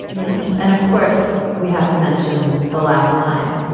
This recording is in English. melt. and of course we have to mention the last line.